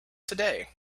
today